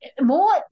more